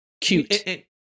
cute